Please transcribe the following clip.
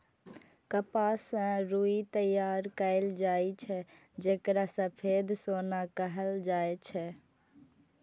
कपास सं रुई तैयार कैल जाए छै, जेकरा सफेद सोना कहल जाए छै